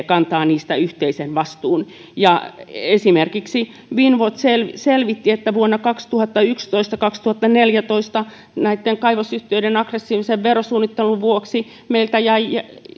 kantaa niistä yhteisen vastuun esimerkiksi finnwatch selvitti että vuonna kaksituhattayksitoista viiva kaksituhattaneljätoista kaivosyhtiöiden aggressiivisen verosuunnittelun vuoksi meiltä jäi